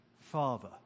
Father